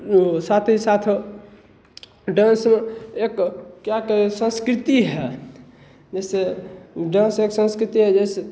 वो साथ ही साथ डांस एक क्या कहें संस्कृति है जिससे डांस एक संस्कृति है जैसे